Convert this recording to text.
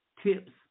tips